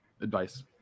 advice